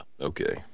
okay